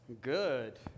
Good